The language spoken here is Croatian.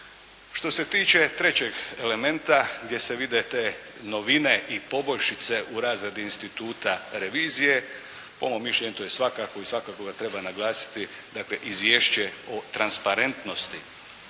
Što se tiče trećeg elementa gdje se vide te novine i poboljšice u razradi instituta revizije, po mom mišljenju to je svakako i svakako ga treba naglasiti, dakle izvješće o transparentnosti.